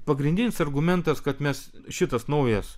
pagrindinis argumentas kad mes šitas naujas